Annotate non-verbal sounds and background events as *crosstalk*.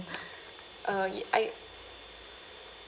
*breath* uh y~ I